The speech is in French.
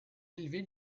élevé